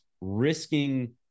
risking